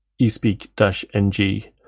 espeak-ng